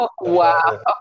wow